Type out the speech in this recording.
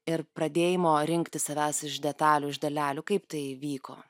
ir pradėjimo rinkti savęs iš detalių iš dalelių kaip tai įvyko